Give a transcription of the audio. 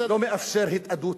לא מאפשר התאדות,